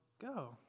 go